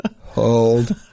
hold